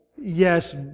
yes